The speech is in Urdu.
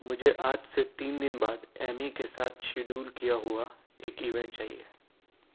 مجھے آج سے تین دن بعد ایمی کے ساتھ شیڈیول کیا ہوا ایک ایونٹ چاہیے